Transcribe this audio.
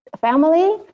family